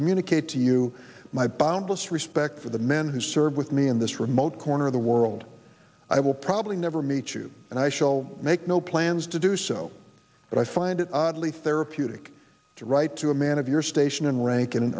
communicate to you my boundless respect for the men who served with me in this remote corner of the world i will probably never meet you and i shall make no plans to do so but i find it oddly therapeutic to write to a man of your station in rank